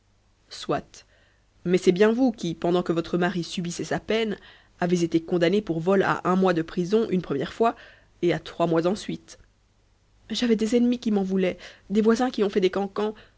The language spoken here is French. soit mais c'est bien vous qui pendant que votre mari subissait sa peine avez été condamnée pour vol à un mois de prison une première fois et à trois mois ensuite j'avais des ennemis qui m'en voulaient des voisins qui ont fait des cancans